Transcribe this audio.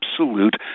absolute